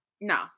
No